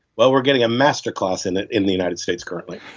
well, we're getting a master cause in it in the united states currently